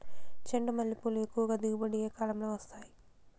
చెండుమల్లి పూలు ఎక్కువగా దిగుబడి ఏ కాలంలో వస్తాయి